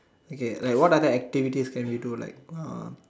okay like what other activities can we do like uh